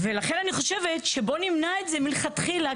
לכן אני חושבת שבוא נמנע את זה מלכתחילה,